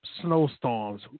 snowstorms